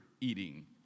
eating